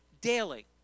daily